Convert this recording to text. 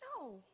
No